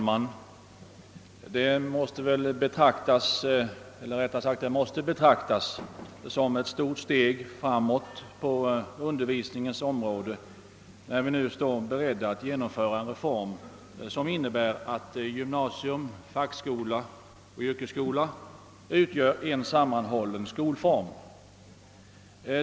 Herr talman! Det måste betraktas som ett stort steg framåt på undervisningens område när vi nu står beredda att genomföra en reform, som innebär att gymnasium, fackskola och yrkesskola blir en sammanhållen skolform.